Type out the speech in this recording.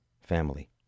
family